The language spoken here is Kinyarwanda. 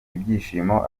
ibyishimo